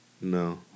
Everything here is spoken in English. No